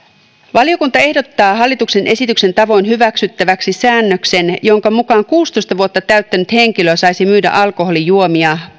valiokunta ehdottaa hallituksen esityksen tavoin hyväksyttäväksi säännöksen jonka mukaan kuusitoista vuotta täyttänyt henkilö saisi myydä alkoholijuomia